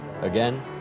Again